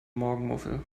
morgenmuffel